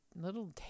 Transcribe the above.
Little